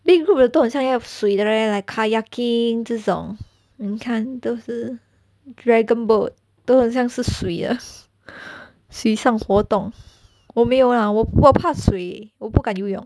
big group 的都很像要水的 right like kayaking 这种你看都是 dragon boat 都很像是水的水上活动我没有 lah 我怕水我不敢游泳